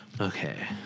Okay